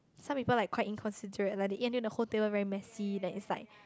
some people like quite inconsiderate like they eat until the whole table very messy then it's like